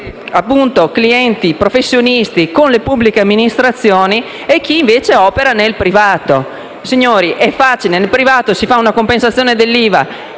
opera (clienti e professionisti) con le pubbliche amministrazioni e chi, invece, opera nel privato. Signori, è facile: nel privato si fa una compensazione dell'IVA